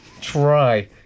Try